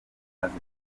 amazi